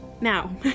now